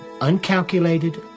uncalculated